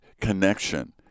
connection